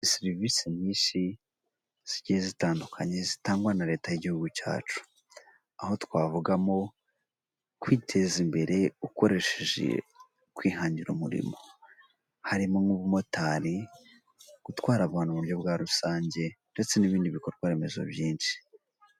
Serivisi nyinshi zigiye zitandukanye zitangwa na leta y'igihugu cyacu. Aho twavugamo kwiteza imbere ukoresheje kwihangira umurimo harimo nk'ubumotari, gutwara abantu mu buryo bwa rusange ndetse n'ibindi bikorwaremezo byinshi.